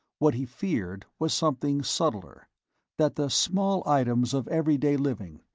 what he feared was something subtler that the small items of everyday living,